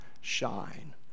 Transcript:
shine